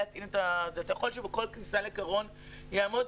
אתה יכול שבכל כניסה לקרון יעמוד